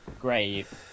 grave